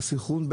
הסנכרון.